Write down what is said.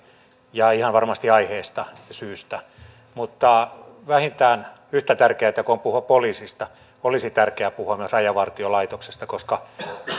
ja ihan varmasti aiheesta ja syystä mutta vähintään yhtä tärkeätä kuin on puhua poliisista olisi puhua myös rajavartiolaitoksesta koska